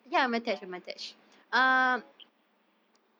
no ah okay okay